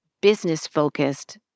business-focused